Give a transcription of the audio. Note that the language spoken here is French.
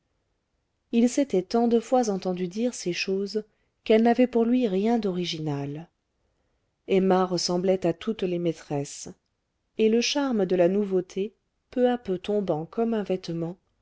il s'était tant de fois entendu dire ces choses qu'elles n'avaient pour lui rien d'original emma ressemblait à toutes les maîtresses et le charme de la nouveauté peu à peu tombant comme un vêtement